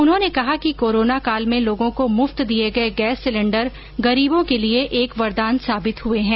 उन्होंने कहा कि कोरोना काल में लोगों को मुफ्त दिए गए गैस सिलेंण्डर गरीबों के लिए एक वरदान साबित हुए हैं